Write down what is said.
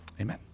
Amen